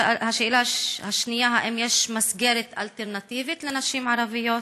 2. האם יש מסגרת אלטרנטיבית לנשים ערביות?